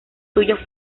suyos